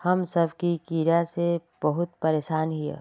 हम सब की कीड़ा से बहुत परेशान हिये?